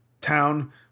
town